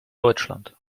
deutschland